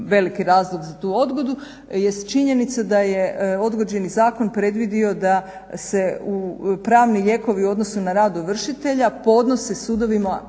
veliki razlog za tu odgodu jest činjenica da je odgođeni zakon predvidio da se upravni lijekovi u odnosu na rad ovršitelja podnose sudovima